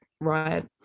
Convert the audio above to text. right